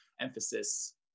emphasis